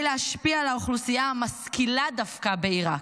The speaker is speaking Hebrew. להשפיע על האוכלוסייה המשכילה דווקא בעיראק.